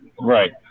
Right